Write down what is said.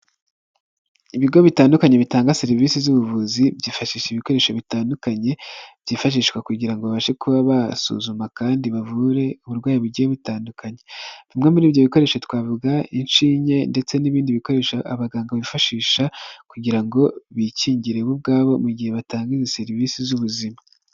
Ibigo bitandukanye bitanga serivisi z'ubuvuzi byifashisha ibikoresho bitandukanye byifashishwa kugira ngo babashe kuba basuzuma kandi bavure uburwayi bugiye butandukanye, bimwe muri ibyo bikoresho twavuga inshinge ndetse n'ibindi bikoresho abaganga bifashisha kugira ngo bikingire bo ubwabo mu gihe batanga izi serivisi z'ubuzima.